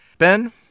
Ben